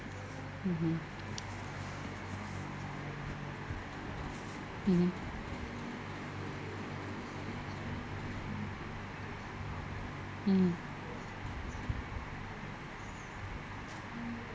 mmhmm mmhmm mmhmm